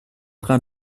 train